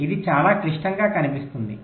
కాబట్టి ఇది చాలా క్లిష్టంగా కనిపిస్తుంది